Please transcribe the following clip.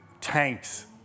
tanks